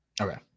Okay